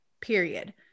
period